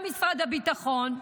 גם משרד הביטחון,